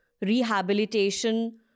rehabilitation